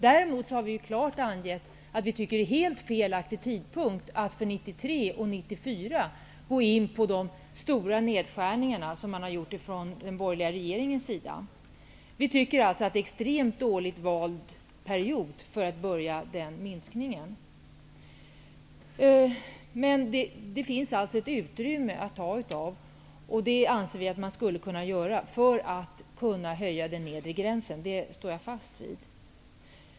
Däremot har vi klart angett att det är helt fel att gå in och göra de stora nedskärningarna 1993 och 1994, som den borgerliga regeringen gör. Vi tycker att det är en extremt dåligt vald period att påbörja minskningen. Det finns alltså ett utrymme att ta av, och det skulle man egentligen kunna göra för att höja den nedre gränsen. Det står jag fast vid.